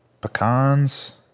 Pecans